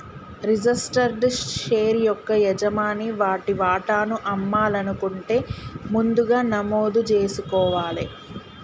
registered share యొక్క యజమాని వారి వాటాను అమ్మాలనుకుంటే ముందుగా నమోదు జేసుకోవాలే